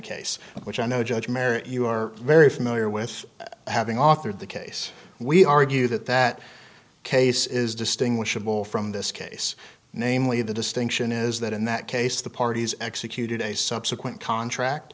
case which i know judge merritt you are very familiar with having authored the case we argue that that case is distinguishable from this case namely the distinction is that in that case the parties executed a subsequent contract